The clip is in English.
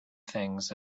things